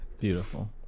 beautiful